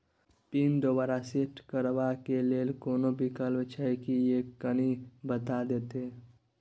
Pin दोबारा set करबा के लेल कोनो विकल्प छै की यो कनी बता देत?